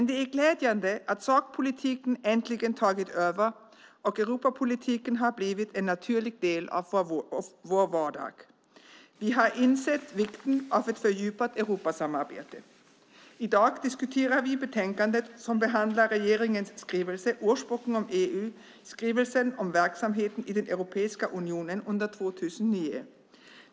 Det är glädjande att sakpolitiken äntligen tagit över och att Europapolitiken har blivit en naturlig del av vår vardag. Vi har insett vikten av ett fördjupat Europasamarbete. I dag diskuterar vi betänkandet som behandlar regeringens skrivelse i årsboken om EU, Berättelse om verksamheten i Europeiska unionen under 2009 .